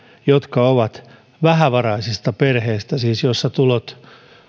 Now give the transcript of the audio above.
jotka ovat vähävaraisista perheistä siis joissa tulot